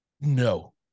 No